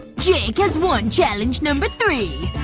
jake has won challenge number three.